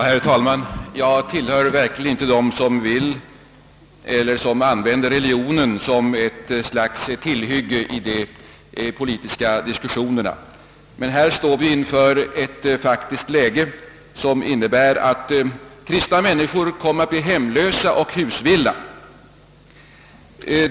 Herr talman! Jag tillhör verkligen inte dem som använder religionen som ett slags tillhygge i de politiska diskussionerna, men här står vi inför ett faktiskt läge som innebär att kristna människor kommer att bli hemlösa och husvilla.